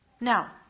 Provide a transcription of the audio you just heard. Now